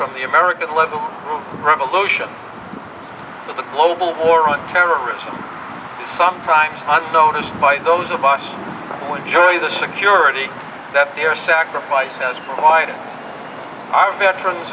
from the american level revolution of the global war on terrorism sometimes unnoticed by those of us enjoy the security that their sacrifice has provided our veterans